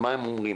מה הם אומרים,